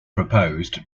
proposed